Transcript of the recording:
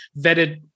vetted